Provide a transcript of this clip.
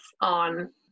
on